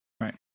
Right